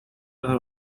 are